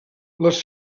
les